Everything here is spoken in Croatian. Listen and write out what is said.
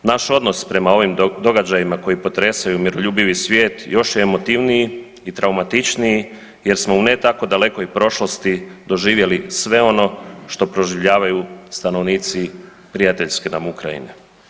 Naš odnos prema ovim događajima koji potresaju miroljubivi svijet još je emotivniji i traumatičniji jer smo u ne tako dalekoj prošlosti doživjeli sve ono što proživljavaju stanovnici prijateljske nam Ukrajine.